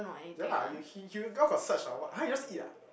ya lah you he you all got search or what [huh] you just eat ah